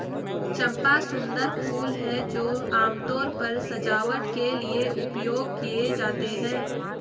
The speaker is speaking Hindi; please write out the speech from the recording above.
चंपा सुंदर फूल हैं जो आमतौर पर सजावट के लिए उपयोग किए जाते हैं